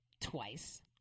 twice